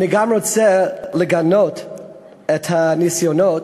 אני רוצה גם לגנות את הניסיונות